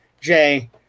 Jay